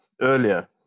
earlier